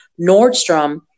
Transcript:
Nordstrom